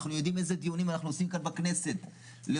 אנחנו יודעים איזה דיונים אנחנו עושים כאן בכנסת למתמחים,